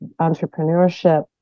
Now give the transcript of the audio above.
entrepreneurship